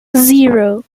zero